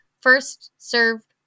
first-served